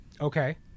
Okay